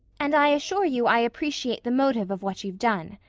and i assure you i appreciate the motive of what you've done.